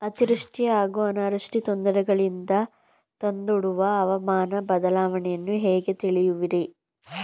ಅತಿವೃಷ್ಟಿ ಹಾಗೂ ಅನಾವೃಷ್ಟಿ ತೊಂದರೆಗಳನ್ನು ತಂದೊಡ್ಡುವ ಹವಾಮಾನ ಬದಲಾವಣೆಯನ್ನು ಹೇಗೆ ತಿಳಿಯುವಿರಿ?